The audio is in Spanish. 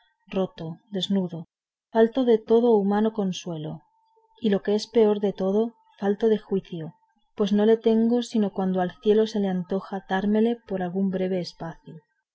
roto desnudo falto de todo humano consuelo y lo que es peor de todo falto de juicio pues no le tengo sino cuando al cielo se le antoja dármele por algún breve espacio